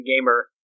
Gamer